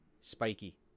spiky